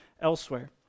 elsewhere